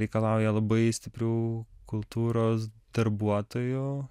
reikalauja labai stiprių kultūros darbuotojų